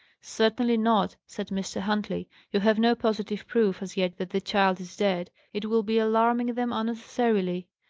certainly not, said mr. huntley. you have no positive proof as yet that the child is dead. it will be alarming them unnecessarily.